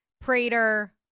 Prater